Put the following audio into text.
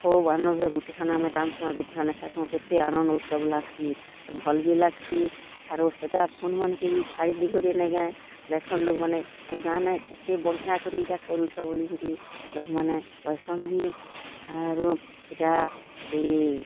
ଖୋବ୍ ଆନନ୍ଦ୍ରେ ଗୁଟେ ଠାନେ ଆମେ ରାନ୍ଧ୍ସୁଁ ଆଉ ଗୁଟେ ଠାନେ ଖାଇସୁଁ କେତେ ଆନନ୍ଦ୍ ଉତ୍ସବ୍ ଲାଗ୍ସି ଆଉ ଭଲ୍ ବି ଲାଗ୍ସି ଆରୁ ସେଟା ଫୋନ୍ ମାନ୍କେ ବି ଛାଡ଼ିଦେଇକରି ନାଇଁକେଁ ଦେଖସନ୍ ଲୋକ୍ମାନେ ଆମ ଗାଁ ନେ କେତେ ବଢ଼ିଆ କରି ଇଟା କରୁଛ ବଲିକରି ଲୋକ୍ମାନେ କହେସନ୍ ବି ଆରୁ ଇଟା ସେ